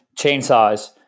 chainsaws